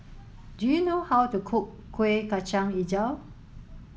do you know how to cook Kuih Kacang Hijau